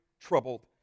troubled